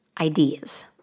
ideas